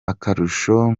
akarusho